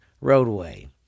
roadway